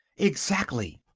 exactly.